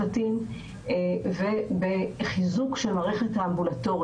אחר בין אשפוז בבתי חולים לבין אשפוז --- אגב,